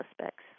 suspects